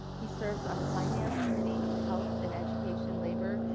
he serves on the finance committee, the health and education, labor,